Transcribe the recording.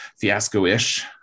fiasco-ish